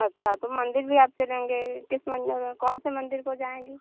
अच्छा तो मंदिर भी आप चलेंगे किस मंदिर में कौन से मंदिर को जाएंगे